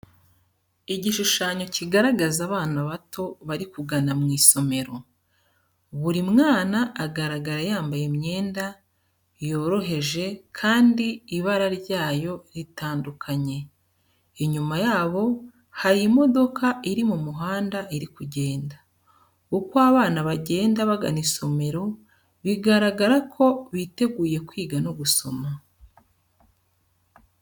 Igishushanyo kigaragaza abana bato bari kugana mu isomero. Buri mwana agaragara yambaye imyenda yoroheje kandi ibara ryayo ritandukanye. Inyuma yabo hari imodoka iri mu muhanda iri kugenda. Uko abana bagenda bagana isomero bigaragara ko biteguye kwiga no gusoma.